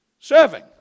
Serving